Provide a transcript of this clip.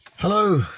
Hello